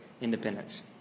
Independence